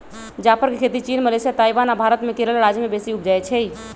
जाफर के खेती चीन, मलेशिया, ताइवान आ भारत मे केरल राज्य में बेशी उपजै छइ